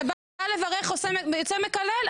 אתה בא לברך ויוצא מקלל.